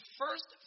first